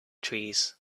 trees